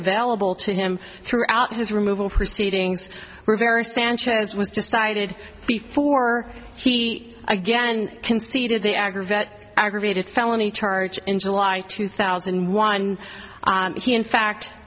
available to him throughout his removal proceedings were very sanchez was decided before he again conceded the aggregate aggravated felony charge in july two thousand and one he in fact